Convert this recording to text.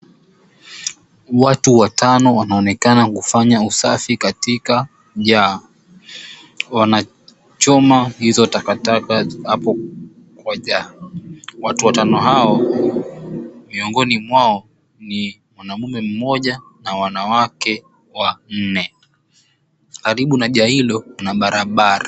Watu watano wanaonekana kufanya usafi katika jaa. Wanachoma hizo takataka hapo kwa jaa. Watu watano hao miongoni mwao ni mwanaume mmoja na wanawake wanne. Karibu na jaa hilo kuna barabara.